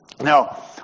Now